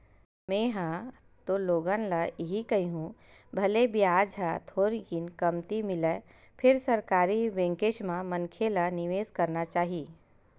में हा ह तो लोगन ल इही कहिहूँ भले बियाज ह थोरकिन कमती मिलय फेर सरकारी बेंकेच म मनखे ल निवेस करना चाही